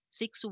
six